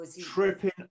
Tripping